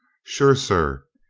sure, sir,